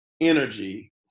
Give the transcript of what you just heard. energy